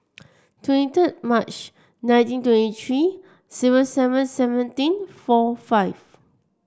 twenty two March nineteen twenty three zero seven seventeen four five